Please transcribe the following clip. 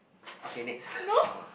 okay next